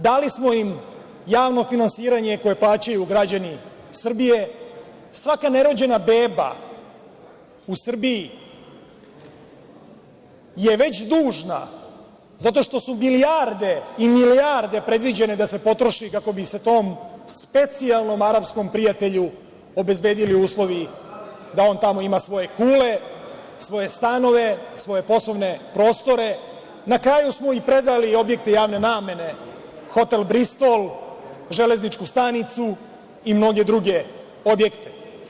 Dali smo im javno finansiranje koje plaćaju građani Srbije svaka ne rođena beba u Srbiji je već dužna zato što su milijarde i milijarde predviđene da se potroši kako bi se tom specijalnom arapskom prijatelju obezbedili uslovi da on tamo ima svoje kupole, svoje stanove, svoje poslovne prostore, na kraju smo i predali objekte javne namene, hotel „Bristol“, Železničku stanicu i mnoge druge objekte.